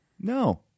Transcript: No